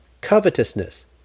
covetousness